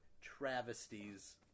travesties